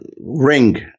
ring